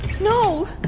No